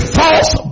false